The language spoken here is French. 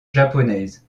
japonaises